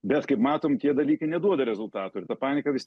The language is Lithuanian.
bet kaip matom tie dalykai neduoda rezultatų ir ta panika vis